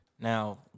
Now